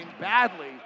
badly